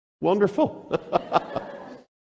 wonderful